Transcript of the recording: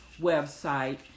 website